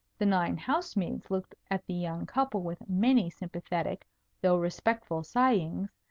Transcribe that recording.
the nine house-maids looked at the young couple with many sympathetic though respectful sighings,